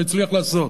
לא הצליח לעשות,